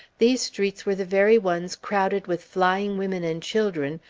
these streets were the very ones crowded with flying women and children,